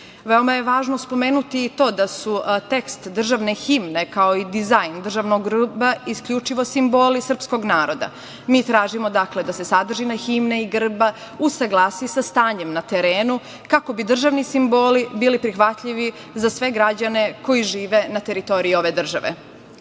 je važno spomenuti i to da su tekst državne himne, kao i dizajn državnog grba isključivo simboli srpskog naroda. Mi tražimo da se sadržina himne i grba usaglasi sa stanjem na terenu, kako bi državni simboli bili prihvatljivi za sve građane koji žive na teritoriji ove države. Kada